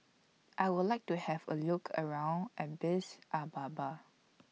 I Would like to Have A Look around Addis Ababa